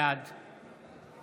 בעד